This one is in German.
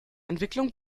entwicklung